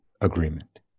agreement